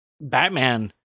Batman